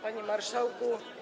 Panie Marszałku!